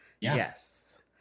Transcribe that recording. Yes